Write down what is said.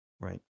Right